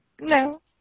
No